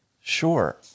Sure